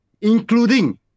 including